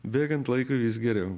bėgant laikui vis geriau